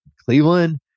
Cleveland